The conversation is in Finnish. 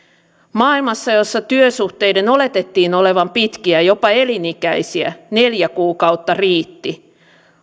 maailmassa jossa työsuhteiden oletettiin olevan pitkiä jopa elinikäisiä neljä kuukautta riitti